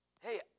hey